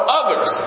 others